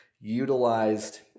utilized